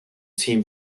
seem